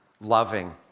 loving